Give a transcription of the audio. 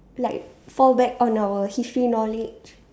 like fall back on our history knowledge